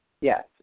Yes